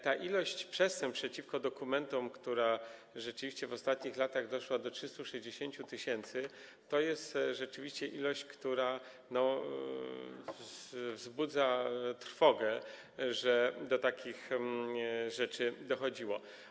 Ta ilość przestępstw przeciwko dokumentom, która rzeczywiście w ostatnich latach osiągnęła 360 tys., to jest rzeczywiście ilość, która wzbudza trwogę, że do takich rzeczy dochodziło.